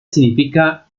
significa